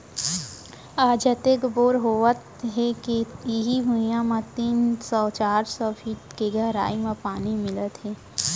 आज अतेक बोर होवत हे के इहीं भुइयां म तीन सौ चार सौ फीट के गहरई म पानी मिलत हे